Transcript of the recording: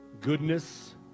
goodness